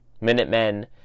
Minutemen